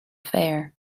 fare